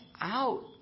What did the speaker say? out